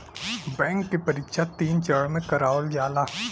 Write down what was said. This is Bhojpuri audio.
बैंक क परीक्षा तीन चरण में करावल जाला